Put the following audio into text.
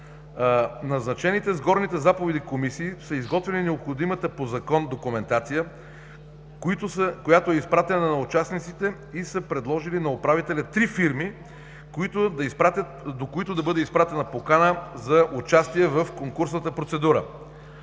Назначените с горните заповеди комисии са изготвили необходимата по закон документация, която е изпратена на участниците и са предложили на управителя три фирми, до които да бъде изпратена покана за участие в конкурсната процедура.